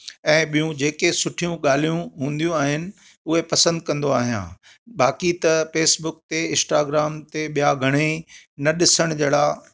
ऐं ॿियूं जेके सुठियूं ॻाल्हियूं हूंदियूं आहिनि उहे पसंदि कंदो आहियां बाक़ी त फ़ेसबुक ते इंस्टाग्राम ते ॿिया घणेई न ॾिसण जहिड़ा